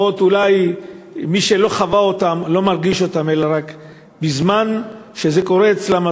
שאולי מי שלא חוו אותן לא מרגישים אותן אלא בזמן שזה קורה אצלם,